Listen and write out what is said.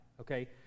Okay